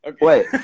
Wait